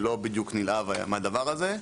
לא בדיוק נלהב מהדבר הזה.